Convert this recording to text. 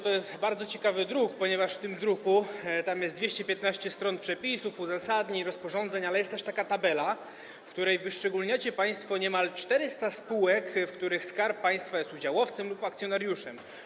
To jest bardzo ciekawy druk, ponieważ w tym druku jest 215 stron przepisów, uzasadnień, rozporządzeń, ale jest też taka tabela, w której wyszczególniacie państwo niemal 400 spółek, których Skarb Państwa jest udziałowcem lub akcjonariuszem.